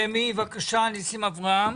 רמ"י, בבקשה, ניסים אברהם.